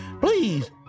Please